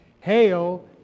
Hail